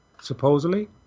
supposedly